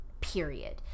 period